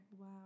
Wow